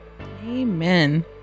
Amen